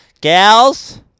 Gals